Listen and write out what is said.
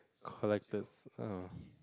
collectors oh